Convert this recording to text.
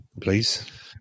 please